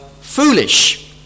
foolish